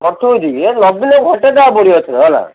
ପଠଉଛି ଏ ନବୀନକୁ ହଟାଇ ଦେବାକୁ ପଡ଼ିବ ଏଥର ହେଲା